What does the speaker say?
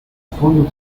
fondos